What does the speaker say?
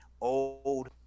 old